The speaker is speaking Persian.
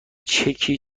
چکی